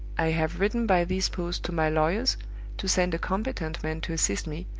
i have written by this post to my lawyers to send a competent man to assist me,